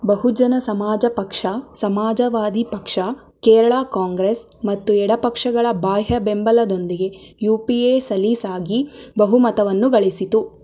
ಬಹುಜನ ಸಮಾಜ ಪಕ್ಷ ಸಮಾಜವಾದಿ ಪಕ್ಷ ಕೇರಳ ಕಾಂಗ್ರೆಸ್ ಮತ್ತು ಎಡಪಕ್ಷಗಳ ಬಾಹ್ಯ ಬೆಂಬಲದೊಂದಿಗೆ ಯು ಪಿ ಎ ಸಲೀಸಾಗಿ ಬಹುಮತವನ್ನು ಗಳಿಸಿತು